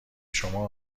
شما